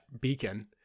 beacon